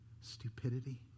stupidity